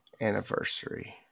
anniversary